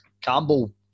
Campbell